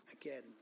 again